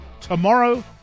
tomorrow